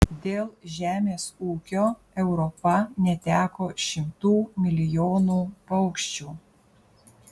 dėl žemės ūkio europa neteko šimtų milijonų paukščių